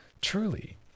truly